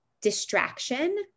distraction